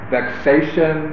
vexation